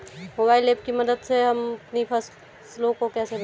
Mobile app की मदद से अपनी फसलों को कैसे बेचें?